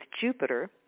Jupiter